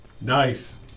Nice